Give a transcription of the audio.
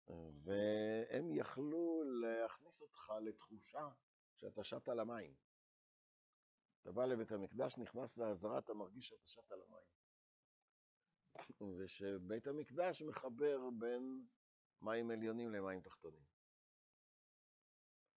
והם יכלו להכניס אותך לתחושה שאתה שט על המים. אתה בא לבית המקדש, נכנס לעזרה, אתה מרגיש שאתה שט על המים. ושבית המקדש מחבר בין מים עליונים למים תחתונים.